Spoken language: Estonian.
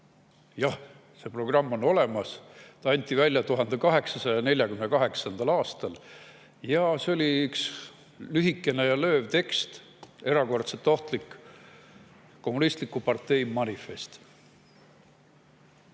Jah, see programm on olemas, see anti välja 1848. aastal. See oli üks lühike ja lööv tekst, erakordselt ohtlik: kommunistliku partei manifest.